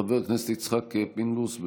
חבר הכנסת יצחק פינדרוס,